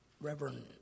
Reverend